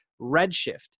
redshift